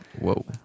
Whoa